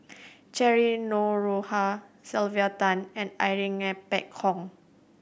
Cheryl Noronha Sylvia Tan and Irene Ng Phek Hoong